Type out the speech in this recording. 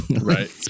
Right